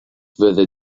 fyddi